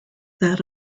that